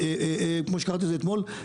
כמו שקראת לזה אתמול,